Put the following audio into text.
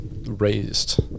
raised